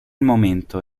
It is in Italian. momento